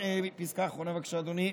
פסקה אחרונה, בבקשה, אדוני.